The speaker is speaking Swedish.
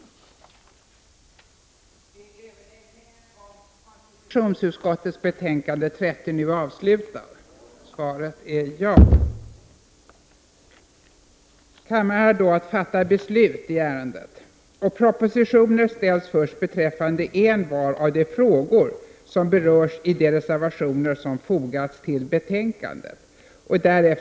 Förste vice talmannen meddelade att propositioner nu skulle ställas först beträffande envar av de frågor som berördes i de reservationer som fogats till betänkandet och därefter i ett sammanhang på övriga i betänkandet upptagna frågor.